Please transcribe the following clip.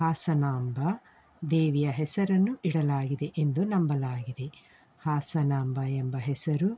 ಹಾಸನಾಂಬಾ ದೇವಿಯ ಹೆಸರನ್ನು ಇಡಲಾಗಿದೆ ಎಂದು ನಂಬಲಾಗಿದೆ ಹಾಸನಾಂಬಾ ಎಂಬ ಹೆಸರು